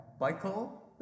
Michael